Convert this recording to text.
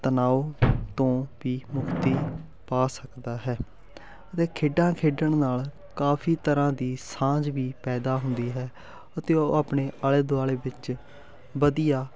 ਤਨਾਓ ਤੋਂ ਵੀ ਮੁਕਤੀ ਪਾ ਸਕਦਾ ਹੈ ਅਤੇ ਖੇਡਾਂ ਖੇਡਣ ਨਾਲ ਕਾਫੀ ਤਰ੍ਹਾਂ ਦੀ ਸਾਂਝ ਵੀ ਪੈਦਾ ਹੁੰਦੀ ਹੈ ਅਤੇ ਉਹ ਆਪਣੇ ਆਲੇ ਦੁਆਲੇ ਵਿੱਚ ਵਧੀਆ